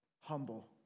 humble